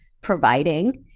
providing